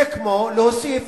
זה כמו להוסיף